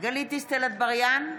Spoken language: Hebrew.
גלית דיסטל אטבריאן,